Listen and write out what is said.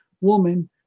woman